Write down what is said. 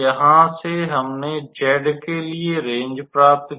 यहां से हमने z के लिए रेंज प्राप्त की